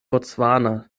botswana